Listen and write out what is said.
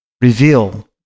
reveal